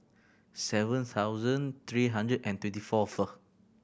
seven thousand three hundred and twenty fourth